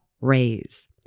raise